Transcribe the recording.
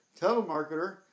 telemarketer